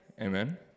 amen